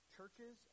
Churches